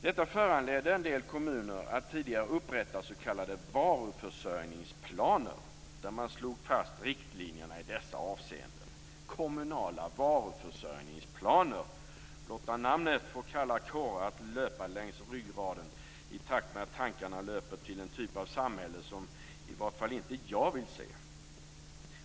Detta föranledde en del kommuner att tidigare upprätta s.k. varuförsörjningsplaner, där man slog fast riktlinjerna i dessa avseenden. Kommunala varuförsörjningsplaner! Blotta namnet får kalla kårar att löpa längs ryggraden i takt med att tankarna löper till en typ av samhälle som i vart fall inte jag vill se.